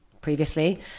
previously